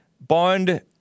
Bond